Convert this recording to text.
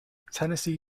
tennessee